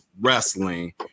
wrestling